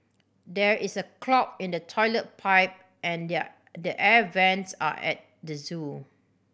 there is a clog in the toilet pipe and the the air vents at the zoo